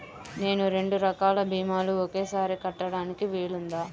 నేను రెండు రకాల భీమాలు ఒకేసారి కట్టడానికి వీలుందా?